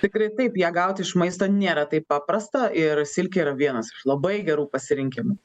tikrai taip ją gaut iš maisto nėra taip paprasta ir silkė yra vienas iš labai gerų pasirinkimų